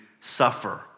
suffer